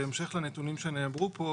בהמשך לנתונים שנאמרו פה,